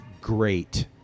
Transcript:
great